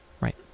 Right